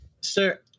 Sir